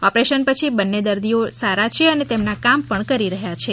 operation પછી બન્ને દર્દીઓ ઠીક છે અને પોતાના કામ પણ કરી રહ્યા છે